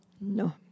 No